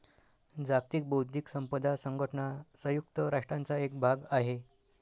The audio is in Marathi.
जागतिक बौद्धिक संपदा संघटना संयुक्त राष्ट्रांचा एक भाग आहे